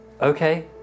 Okay